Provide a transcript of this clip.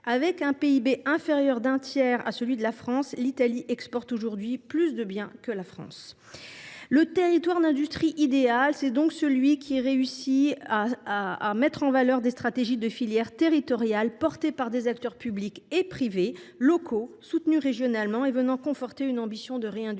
Avec un PIB inférieur d’un tiers à celui de la France, l’Italie exporte aujourd’hui plus de biens que la France ! Le territoire d’industrie idéal, c’est donc celui qui réussit à mettre en valeur des stratégies de filières territoriales portées par des acteurs locaux soutenus régionalement, tant publics que privés, et venant conforter une ambition de réindustrialisation